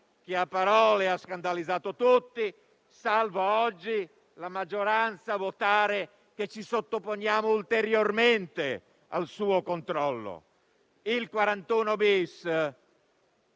che a parole ha scandalizzato tutti - salvo oggi la maggioranza che vota - e che ci sottopongono ulteriormente al suo controllo. L'articolo